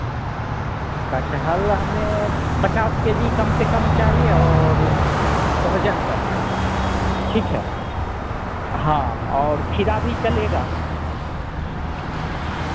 कठहल हमें पचास के जी कम से कम चाहिए और सहजन चाहिए ठीक है हाँ और खीरा भी चलेगा